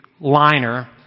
liner